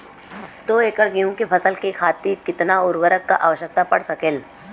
दो एकड़ गेहूँ के फसल के खातीर कितना उर्वरक क आवश्यकता पड़ सकेल?